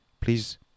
Please